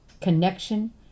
connection